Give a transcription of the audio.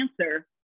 answer